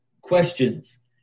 questions